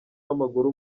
w’amaguru